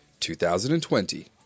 2020